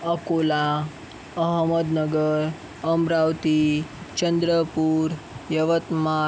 Akola Ahmednagar Amravati Chandrapur Yavatmal